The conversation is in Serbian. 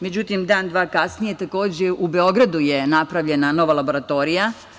Međutim, dan, dva kasnije, takođe, u Beogradu je napravljena nova laboratorija.